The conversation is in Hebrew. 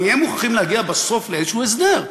נהיה מוכרחים להגיע בסוף לאיזשהו הסדר.